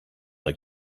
like